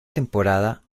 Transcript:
temporada